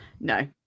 no